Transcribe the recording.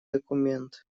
документ